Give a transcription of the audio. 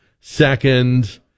second